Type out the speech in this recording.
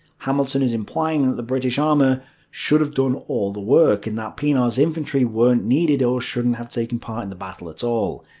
hamilton is implying that the british armour should have done all the work, and that pienaar's infantry weren't needed or shouldn't have taken part in the battle at all.